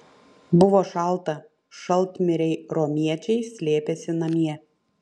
buvo šalta šaltmiriai romiečiai slėpėsi namie